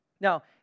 Now